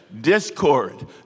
discord